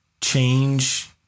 change